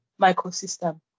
microsystem